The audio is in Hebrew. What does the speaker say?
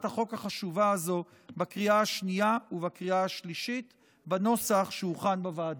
החוק החשובה הזו בקריאה השנייה ובקריאה השלישית בנוסח שהוכן בוועדה.